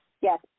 Yes